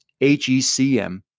HECM